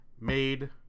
made